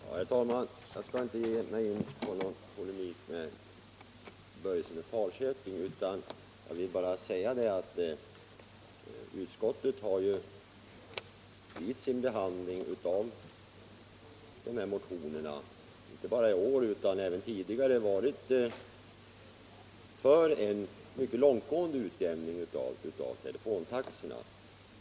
Herr talman! Jag skall inte ge mig in i någon polemik med herr Börjesson i Falköping. Jag vill bara säga att utskottet i sin behandling av motioner i den här frågan, inte bara i år utan även tidigare, har varit för en mycket långtgående utjämning av telefontaxorna.